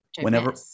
Whenever